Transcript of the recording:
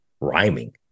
rhyming